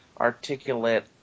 articulate